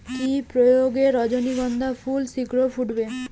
কি প্রয়োগে রজনীগন্ধা ফুল শিঘ্র ফুটবে?